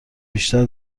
بیشتر